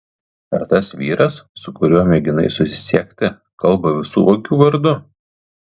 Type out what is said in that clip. ar tas vyras su kuriuo mėginai susisiekti kalba visų vagių vardu